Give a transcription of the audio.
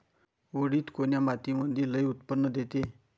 उडीद कोन्या मातीमंदी लई उत्पन्न देते?